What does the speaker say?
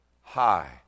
high